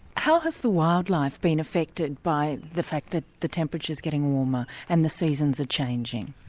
how has the wildlife been affected by the fact that the temperature's getting warmer and the seasons are changing?